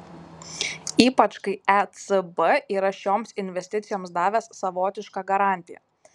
ypač kai ecb yra šioms investicijoms davęs savotišką garantiją